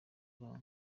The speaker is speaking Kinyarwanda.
uranga